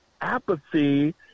apathy